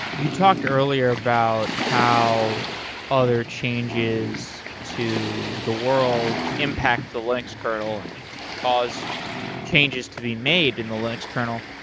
you talked earlier about how other changes to the world impact the linux kernel and cause changes to be made in the linux kernel.